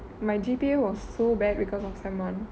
my G_P_A was so bad because of sem one